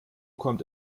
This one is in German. kommt